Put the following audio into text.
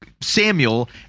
Samuel